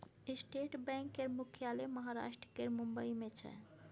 state bank केर मुख्यालय महाराष्ट्र केर मुंबई मे छै